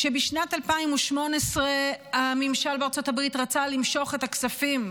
כשבשנת 2018 הממשל בארצות הברית רצה למשוך את הכספים,